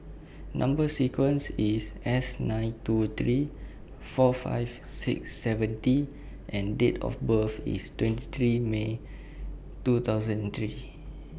Number sequence IS S nine two three four five six seven T and Date of birth IS twenty three May two thousand and three